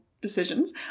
decisions